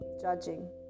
judging